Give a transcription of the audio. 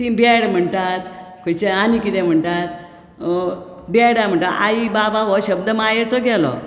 ती बॅड म्हणटात खंयचें आनी कितें म्हणटात डॅडा म्हणटा आई बाबा हो शब्द मायेचो गेलो